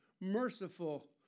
merciful